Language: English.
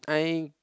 I ain't